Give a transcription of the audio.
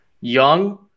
young